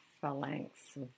phalanx